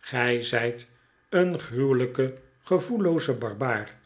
gij zijt een gruwelijke gevoellooze barbaar